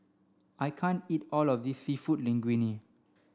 I can't eat all of this Seafood Linguine